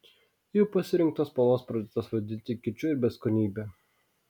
o jų pasirinktos spalvos pradėtos vadinti kiču ir beskonybe